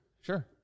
sure